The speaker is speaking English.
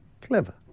clever